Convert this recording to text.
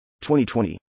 2020